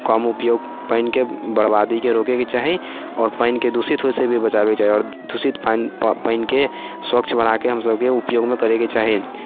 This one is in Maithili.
कम उपयोग पानिके बरबादीके रोकैके चाही आओर पानिके दूषित होइसँ भी बचाबैके चाही आओर दूषित पानिके स्वच्छ बनाकऽ हम सभके उपयोगमे करैके चाही